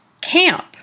camp